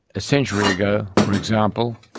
a century ago, for example,